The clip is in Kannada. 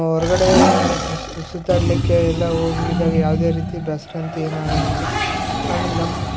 ಹೊರ್ಗಡೆ ಸುತ್ತಾಡಲಿಕ್ಕೆ ಎಲ್ಲ ಹೋಗಿದಾಗ ಯಾವುದೇ ರೀತಿ ಬ್ಯಾಸರವಂತೂ ಏನು ಆಗಂಗಿಲ್ಲ ಆಮೇಲೆ ನಮ್ಮ